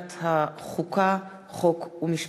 מוועדת החוקה, חוק ומשפט.